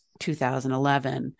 2011